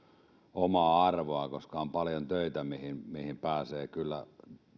omaa arvoa on paljon töitä mihin pääsee kyllä